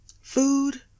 Food